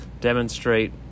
demonstrate